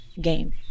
game